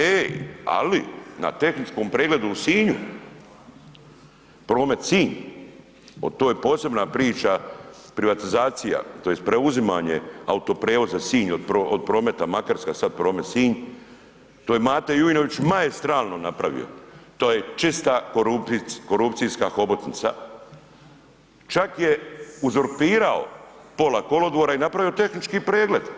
Ej, ali na tehničkom pregledu u Sinju, Promet Sinj to je posebna priča, privatizacija tj. preuzimanje autoprijevoza Sinj od Prometa Makarska sada Promet Sinj to je Mate Juinović maestralno napravio, to je čista korupcijska hobotnica, čak je uzurpirao pola kolodvora i napravio tehnički pregled.